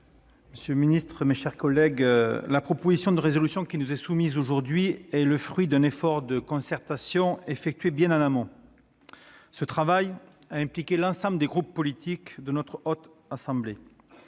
Monsieur le président, mes chers collègues, la proposition de résolution qui nous est soumise aujourd'hui est le fruit d'un effort de concertation effectué bien en amont. Ce travail a impliqué l'ensemble des groupes politiques de notre Haute Assemblée.